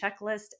checklist